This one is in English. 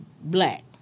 black